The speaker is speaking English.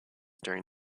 during